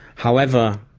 however,